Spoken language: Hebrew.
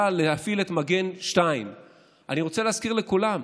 להפעיל את מגן 2. אני רוצה להזכיר לכולם,